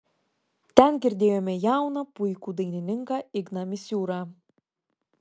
ten girdėjome jauną puikų dainininką igną misiūrą